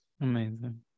Amazing